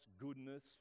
goodness